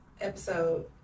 episode